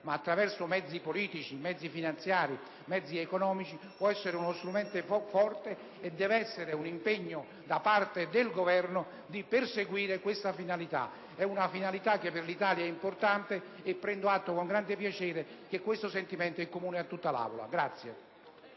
ma attraverso mezzi politici, finanziari ed economici, può essere uno strumento forte: ciò deve costituire un impegno da parte del Governo a perseguire tale finalità. È una finalità che per l'Italia è importante e prendo atto con grande piacere che questo sentimento è comune a tutta l'Assemblea.